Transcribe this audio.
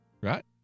Right